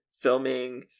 filming